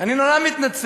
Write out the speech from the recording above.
אני נורא מתנצל,